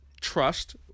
trust